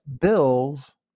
Bills